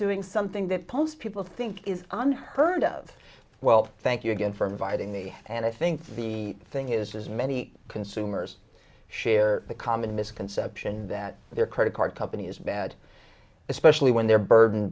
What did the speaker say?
doing something that post people think is unheard of well thank you again for inviting me and i think the thing is many consumers share a common misconception that their credit card company is bad especially when they're burden